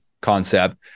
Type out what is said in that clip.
concept